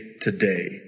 today